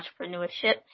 entrepreneurship